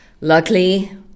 luckily